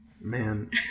Man